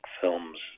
films